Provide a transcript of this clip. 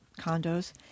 condos